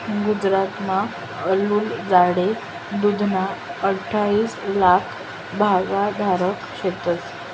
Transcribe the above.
गुजरातमा अमूलजोडे दूधना अठ्ठाईस लाक भागधारक शेतंस